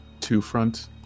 two-front